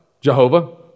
Jehovah